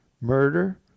murder